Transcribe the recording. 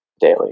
daily